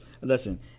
Listen